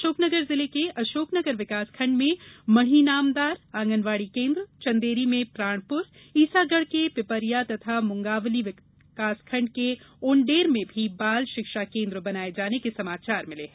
अशोकनगर जिले के अशोकनगर विकास खण्ड में मढ़ीनामदार आंगनवाड़ी केन्द्र चन्देरी में प्राणपुर ईसागढ़ के पिपरिया तथा मुंगावली विकासखण्ड के ओंडेर में भी बाल शिक्षा केन्द्र बनाये जाने के समाचार मिले हैं